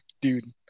Dude